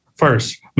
First